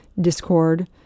discord